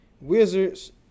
Wizards